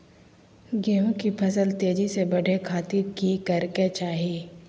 गेहूं के फसल तेजी से बढ़े खातिर की करके चाहि?